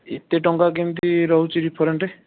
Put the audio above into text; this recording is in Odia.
ଏତେ ଟଙ୍କା କେମତି ରହୁଛି ଡିଫରେନ୍ଟ